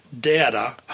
data